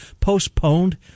postponed